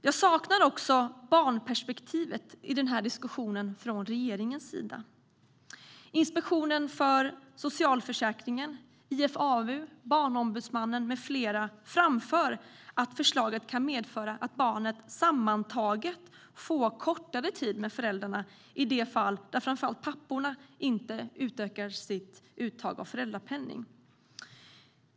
Jag saknar också barnperspektivet i den här diskussionen från regeringens sida. Inspektionen för socialförsäkringen, IFAU och Barnombudsmannen med flera framför att förslaget kan medföra att barnet sammantaget får kortare tid med föräldrarna i de fall där framför allt papporna inte utökar sitt uttag av föräldrapenning.